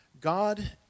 God